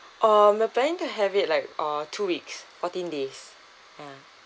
um we're planning to have it like uh two weeks fourteen days ya